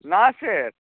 না স্যার